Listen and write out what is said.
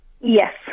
Yes